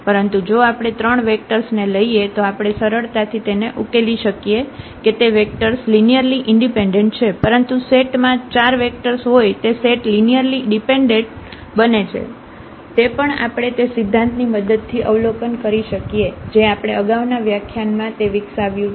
પરંતુ જો આપણે તે 3 વેક્ટર્સ ને લઈએ તો આપણે સરળતાથી તેને ઉકેલી શકીએ કે તે વેક્ટર્સ લિનિયરલી ઈન્ડિપેન્ડેન્ટ છે પરંતુ સેટ માં 4 વેક્ટર્સ હોય તે સેટ લિનિયરલી ડિપેન્ડેન્ટ બને છે તે પણ આપણે તે સિદ્ધાંત ની મદદથી અવલોકન કરી શકીએ જે આપણે આગાઉના વ્યાખ્યાનમાં તે વિકસાવ્યું છે